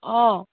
অঁ